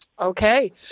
Okay